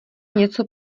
něco